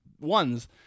ones